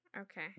Okay